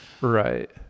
Right